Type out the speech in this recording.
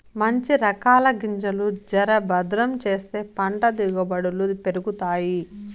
మంచి రకాల గింజలు జర భద్రం చేస్తే పంట దిగుబడులు పెరుగుతాయి